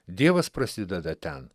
dievas prasideda ten